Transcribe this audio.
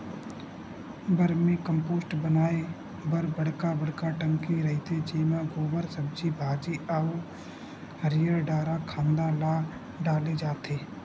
vermi compost बनाए बर बड़का बड़का टंकी रहिथे जेमा गोबर, सब्जी भाजी अउ हरियर डारा खांधा ल डाले जाथे